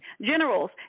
generals